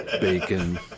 bacon